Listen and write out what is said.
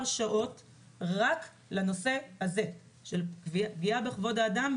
שעות רק לנושא הזה של פגיעה בכבוד האדם,